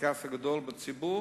הקרקס הגדול בציבור